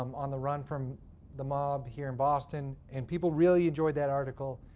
um on the run from the mob here in boston. and people really enjoyed that article,